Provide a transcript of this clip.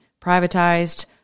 privatized